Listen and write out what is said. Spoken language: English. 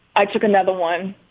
i took another one.